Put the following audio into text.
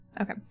Okay